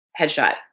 headshot